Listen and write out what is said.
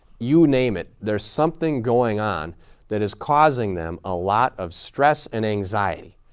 you name it, there's something going on that is causing them a lot of stress and anxiety.